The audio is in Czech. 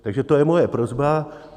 Takže to je moje prosba.